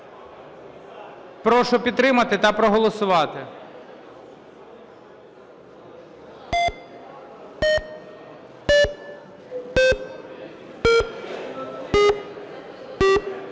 Прошу підтримати та проголосувати.